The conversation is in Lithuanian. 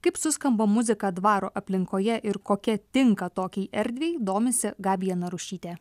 kaip suskamba muzika dvaro aplinkoje ir kokia tinka tokiai erdvei domisi gabija narušytė